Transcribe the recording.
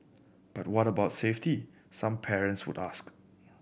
but what about safety some parents would ask